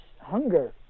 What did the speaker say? hunger